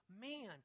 man